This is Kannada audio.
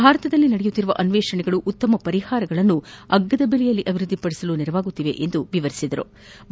ಭಾರತದಲ್ಲಿ ನಡೆಯುತ್ತಿರುವ ಅನ್ನೇಷಣೆಗಳು ಉತ್ತಮ ಪರಿಹಾರಗಳನ್ನು ಅಗ್ಗದ ಬೆಲೆಯಲ್ಲಿ ಅಭಿವೃದ್ದಿಪಡಿಸಲು ನೆರೆವಾಗುತ್ತಿವೆ ಎಂದು ಮೋದಿ ಹೇಳಿದರು